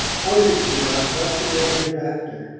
how should she not trust in them hereafter?